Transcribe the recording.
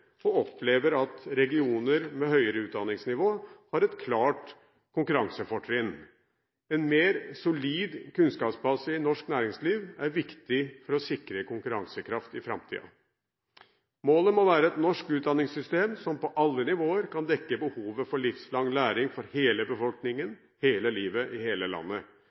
og opplever at regioner med høyere utdanningsnivå har et klart konkurransefortrinn. En mer solid kunnskapsbase i norsk næringsliv er viktig for å sikre konkurransekraft i framtiden. Målet må være et norsk utdanningssystem som på alle nivåer kan dekke behovet for livslang læring for hele befolkningen hele livet i hele landet.